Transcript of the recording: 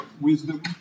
wisdom